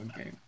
okay